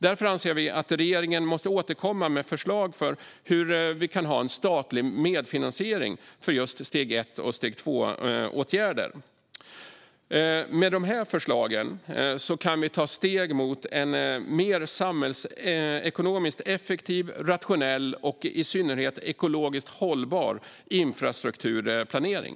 Därför anser vi att regeringen måste återkomma med förslag för hur vi kan ha en statlig medfinansiering för just steg 1 och steg 2-åtgärder. Med dessa förslag kan vi ta steg mot en mer samhällsekonomiskt effektiv, rationell och i synnerhet ekologiskt hållbar infrastrukturplanering.